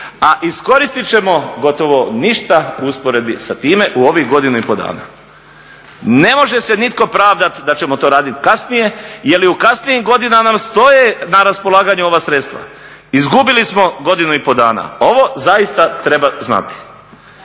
a iskoristit ćemo gotovo ništa u usporedbi sa time u ovih godinu i pol dana. Ne može se nitko pravdat da ćemo to raditi kasnije, jel i u kasnijim godinama nam stoje na raspolaganju ova sredstva, izgubili smo godinu i pol dana. Ovo zaista treba znati.